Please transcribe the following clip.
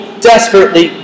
desperately